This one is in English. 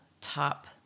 top